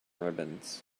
ribbons